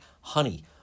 honey